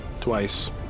twice